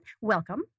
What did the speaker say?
Welcome